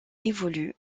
évolue